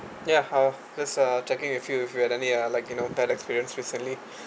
ya hello because uh checking with you if you have any uh like you know bad experience recently